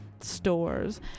stores